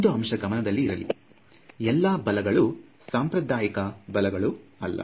ಒಂದು ಅಂಶ ಗಮನದಲ್ಲಿ ಇರಲಿ ಎಲ್ಲಾ ಬಲಗಳು ಸಾಂಪ್ರದಾಯಿಕ ಬಲಗಳು ಅಲ್ಲ